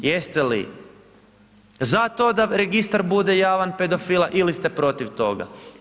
Jeste li za to da registar bude javan pedofila, ili ste protiv toga?